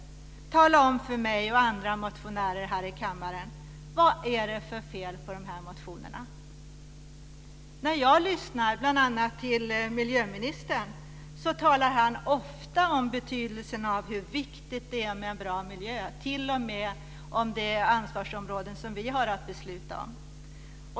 När jag lyssnar på bl.a. miljöministern talar han ofta om betydelsen av hur viktigt det är med en bra miljö, t.o.m. om de ansvarsområden vi har att besluta om.